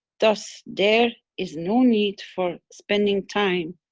thus there is no need for spending time,